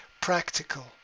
practical